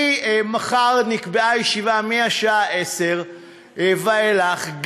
למחר נקבעה ישיבה מהשעה 10:00 ואילך.